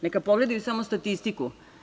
Neka pogledaju i samo statistiku.